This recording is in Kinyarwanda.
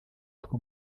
two